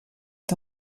est